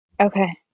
Okay